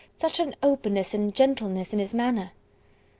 such an openness and gentleness in his manner!